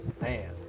Man